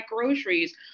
groceries